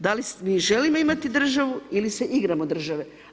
Da li mi želimo imati državu ili se igramo države?